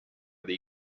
dei